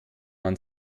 man